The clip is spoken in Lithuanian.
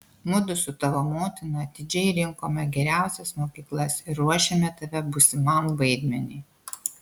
mudu su tavo motina atidžiai rinkome geriausias mokyklas ir ruošėme tave būsimam vaidmeniui